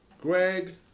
Greg